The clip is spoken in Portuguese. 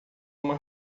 uma